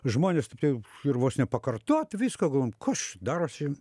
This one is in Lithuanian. žmonės taip jau ir vos ne pakartot viską galvojam kas čia darosi